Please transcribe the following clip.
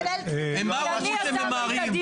הם באו, אמרו שהם ממהרים,